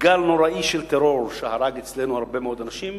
ולגל נוראי של טרור שהרג אצלנו הרבה מאוד אנשים,